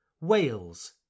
Wales